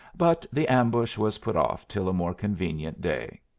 but the ambush was put off till a more convenient day.